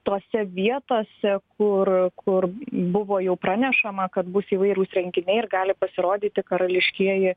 tose vietose kur kur buvo jau pranešama kad bus įvairūs renginiai ir gali pasirodyti karališkieji